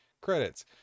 credits